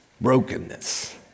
brokenness